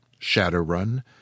Shadowrun